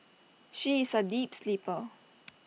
she is A deep sleeper